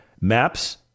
Maps